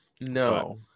No